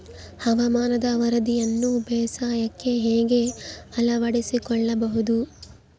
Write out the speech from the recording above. ಹವಾಮಾನದ ವರದಿಯನ್ನು ಬೇಸಾಯಕ್ಕೆ ಹೇಗೆ ಅಳವಡಿಸಿಕೊಳ್ಳಬಹುದು?